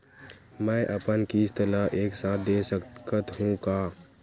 मै अपन किस्त ल एक साथ दे सकत हु का?